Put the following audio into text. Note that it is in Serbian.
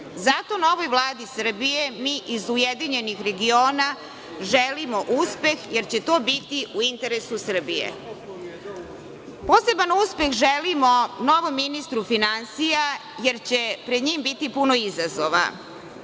Zato novoj Vladi Srbije, mi iz URS, želimo uspeh jer će to biti u interesu Srbije. Poseban uspeh želimo novom ministru finansija jer će pred njim biti puno izazova.